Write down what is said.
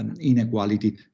inequality